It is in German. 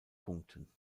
punkten